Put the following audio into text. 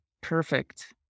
Perfect